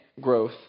growth